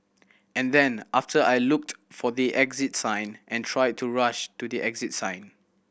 and then after I looked for the exit sign and tried to rush to the exit sign